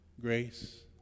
grace